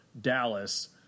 Dallas